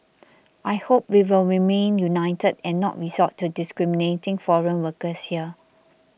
I hope we will remain united and not resort to discriminating foreign workers here